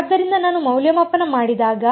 ಆದ್ದರಿಂದ ನಾನು ಮೌಲ್ಯಮಾಪನ ಮಾಡಿದಾಗ